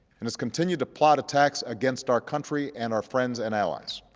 and has continued to plot attacks against our country and our friends and allies.